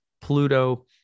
Pluto